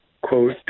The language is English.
quote